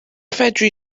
fedri